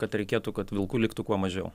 kad reikėtų kad vilkų liktų kuo mažiau